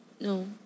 No